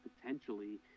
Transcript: potentially